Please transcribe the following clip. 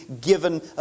given